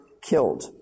killed